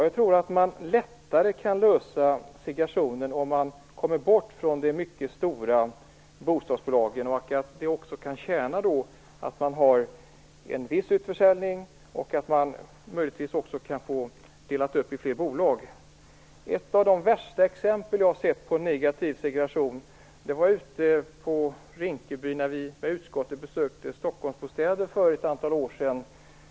Jag tror att man lättare kan lösa segregationsproblemen om man kommer bort från de mycket stora bostadsbolagen. Det kan också tjäna att göra en viss utförsäljning och möjligtvis dela upp i olika bolag. Ett av de värsta exempel jag sett på en negativ segregation var ute i Rinkeby när utskottet besökte Stockholmsbostäder för ett antal år sedan.